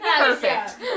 Perfect